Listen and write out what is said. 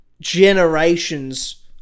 generations